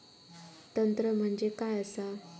तंत्र म्हणजे काय असा?